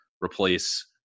replace